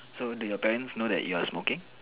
so do your parents know that you are smoking